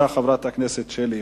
חברת הכנסת שלי יחימוביץ,